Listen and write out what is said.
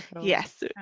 yes